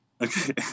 Okay